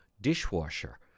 dishwasher